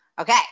Okay